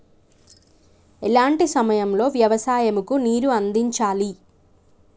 ఎలాంటి సమయం లో వ్యవసాయము కు నీరు అందించాలి?